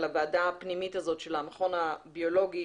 על הוועדה הפנימית של המכון הביולוגי